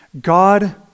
God